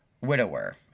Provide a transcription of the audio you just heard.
widower